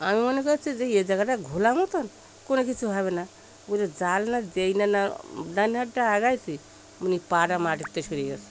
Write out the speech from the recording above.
আমি মনে করছি যে এই জায়গাটা ঘোলা মতন কোনো কিছু হবে না বলে জাল না যেই না ডান হাতটা এগিয়েছি ওমনি পা টা মাটির থেকে সরে গিয়েছে